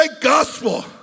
gospel